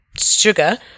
sugar